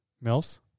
Mills